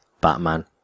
Batman